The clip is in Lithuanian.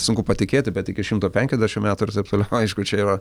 sunku patikėti bet iki šimto penkiasdešim metų ir taip toliau aišku čia yra